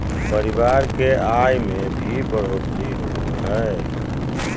परिवार की आय में भी बढ़ोतरी होबो हइ